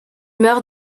meurt